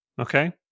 Okay